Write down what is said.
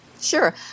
Sure